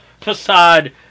facade